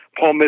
Paul